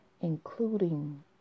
including